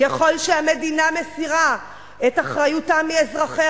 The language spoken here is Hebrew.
ככל שהמדינה מסירה את אחריותה מאזרחיה,